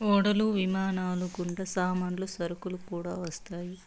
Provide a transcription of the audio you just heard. ఓడలు విమానాలు గుండా సామాన్లు సరుకులు కూడా వస్తాయి